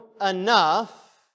enough